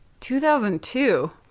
2002